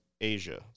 Asia